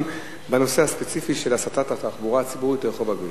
בנושא הספציפי של הסטת התחבורה הציבורית לרחוב אגריפס.